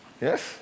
Yes